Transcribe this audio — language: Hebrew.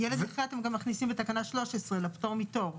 ילד נכה, אתם גם מכניסים בתקנה 13 לפטור מתור.